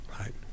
right